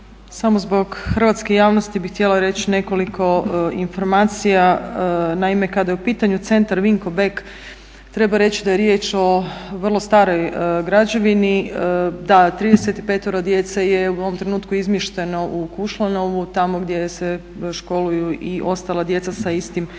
Samo zbog hrvatske javnosti bi htjela reći nekoliko informacija. Naime, kad je u pitanju centar Vinko Bek treba reći da je riječ o vrlo staroj građevini. Da 35 djece je u ovom trenutku izmješteno u Kušlanovu tamo gdje se školuju i ostala djeca sa istim problemima.